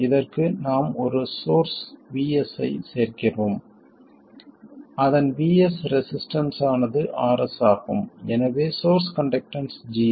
இதற்கு நாம் ஒரு சோர்ஸ் VS ஐச் சேர்க்கிறோம் அதன் VS ரெசிஸ்டன்ஸ் ஆனது RS ஆகும் எனவே சோர்ஸ் கண்டக்டன்ஸ் GS